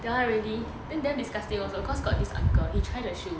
!wah! then damn disgusting also cause got this uncle he try the shoe